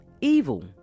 evil